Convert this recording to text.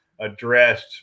addressed